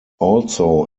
also